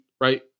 right